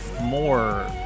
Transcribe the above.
more